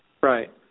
Right